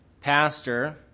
pastor